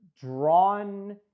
drawn